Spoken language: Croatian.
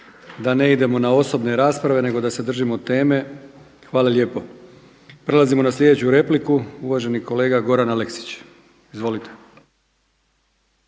da ne idemo na osobne rasprave nego da se držimo teme. Hvala lijepo. Prelazimo na sljedeću repliku uvaženi kolega Goran Aleksić. Izvolite.